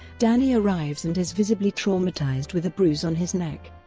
danny arrives and is visibly traumatized with a bruise on his neck,